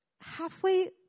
halfway